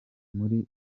muri